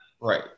Right